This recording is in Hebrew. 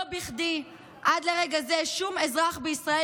לא בכדי עד לרגע זה שום אזרח בישראל,